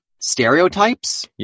stereotypes